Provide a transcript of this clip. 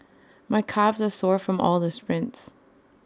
my calves are sore from all the sprints